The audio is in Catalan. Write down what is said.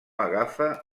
agafa